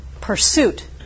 pursuit